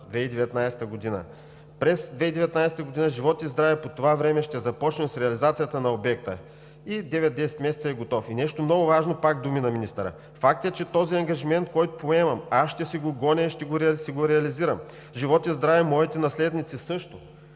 2019 г. „През 2019 г., живот и здраве, по това време ще започнем с реализацията на обекта, 9 – 10 месеца и е готов.“ Нещо много важно, пак думи на министъра: „Факт е, че този ангажимент, който поемам, аз ще си го гоня и ще си го реализирам, живот и здраве, моите наследници също,